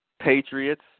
Patriots